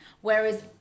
Whereas